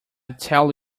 tell